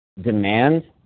demand